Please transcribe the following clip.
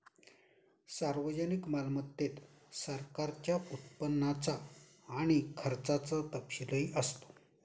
सार्वजनिक मालमत्तेत सरकारच्या उत्पन्नाचा आणि खर्चाचा तपशीलही असतो